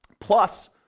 plus